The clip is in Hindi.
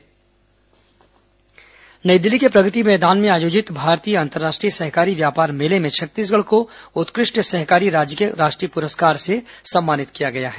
छत्तीसगढ़ पुरस्कार नई दिल्ली के प्रगति भैदान में आयोजित भारतीय अंतर्राष्ट्रीय सहकारी व्यापार मेले में छत्तीसगढ़ को उत्कृ ष्ट सहकारी राज्य के राष्ट्रीय पुरस्कार से सम्मानित किया गया है